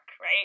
right